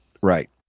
right